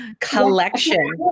collection